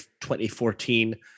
2014